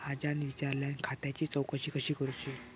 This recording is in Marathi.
आज्यान विचारल्यान खात्याची चौकशी कशी करुची?